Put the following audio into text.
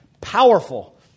Powerful